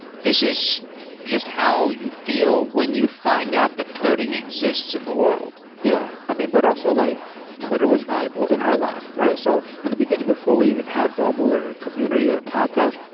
this is just how you feel when you find out that coding exists in the world. yeah. i mean, but also like twitter was valuable in our life. so, in the beginning before we even had bubble or a community or a podcast,